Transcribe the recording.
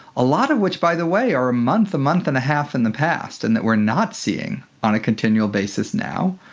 a lot of which, by the way, are a month, a month and a half in the past and that we're not seeing on a continual basis now.